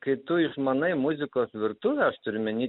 kai tu išmanai muzikos virtuvę aš turiu omeny